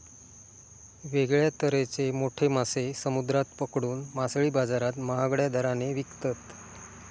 वेगळ्या तरेचे मोठे मासे समुद्रात पकडून मासळी बाजारात महागड्या दराने विकतत